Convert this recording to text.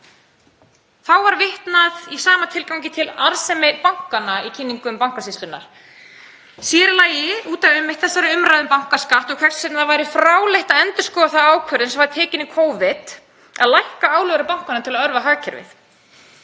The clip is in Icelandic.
Þá var vitnað í sama tilgangi til arðsemi bankanna í kynningum Bankasýslunnar, sér í lagi út af þessari umræðu um bankaskatt og hvers vegna það væri fráleitt að endurskoða þá ákvörðun sem tekin var í Covid að lækka álögur á bankana til að örva hagkerfið.